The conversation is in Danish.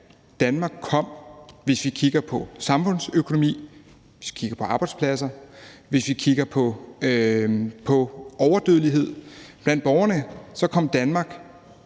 Og ja, hvis vi kigger på samfundsøkonomi, arbejdspladser og overdødelighed blandt borgerne, kom Danmark